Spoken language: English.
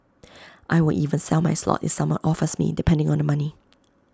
I will even sell my slot if someone offers me depending on the money